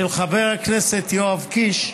של חבר הכנסת יואב קיש ואחרים,